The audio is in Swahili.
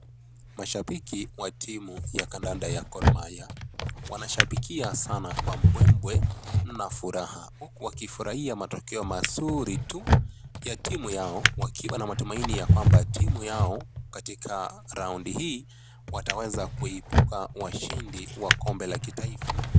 Mashabiki wa timu ya kandanda ya Gor Mahia wanashabikia sana kwa mbwembwe na furaha, huku wakifurahia matokeo mazuri tu ya timu yao wakiwa na matumaini ya kwamba timu yao katika raudi hii, wataweza kuibuka washindi wa kombe la kitaifa.